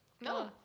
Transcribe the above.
no